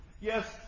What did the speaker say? Yes